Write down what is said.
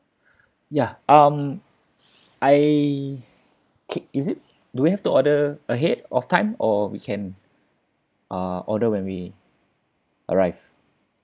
ya um I k~ is it do we have to order ahead of time or we can uh order when we arrive